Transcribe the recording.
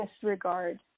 disregard